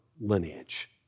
lineage